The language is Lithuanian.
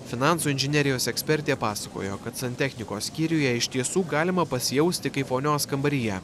finansų inžinerijos ekspertė pasakojo kad santechnikos skyriuje iš tiesų galima pasijausti kaip vonios kambaryje